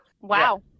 Wow